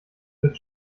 wird